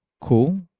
cool